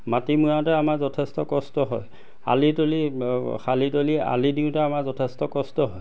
মাটি মৈয়াওঁতে আমাৰ যথেষ্ট কষ্ট হয় আলি তুলি শালি তলি আলি দিওঁতে আমাৰ যথেষ্ট কষ্ট হয়